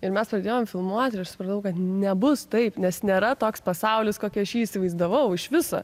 ir mes pradėjom filmuot ir aš supratau kad nebus taip nes nėra toks pasaulis kokį aš jį įsivaizdavau iš viso